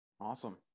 Awesome